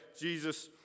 Jesus